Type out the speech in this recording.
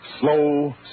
Slow